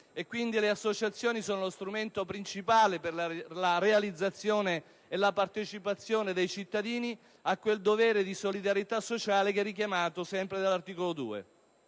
le associazioni sono lo strumento principale per la realizzazione e la partecipazione dei cittadini a quel dovere di solidarietà sociale richiamato sempre dall'articolo 2.